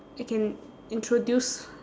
I can introduce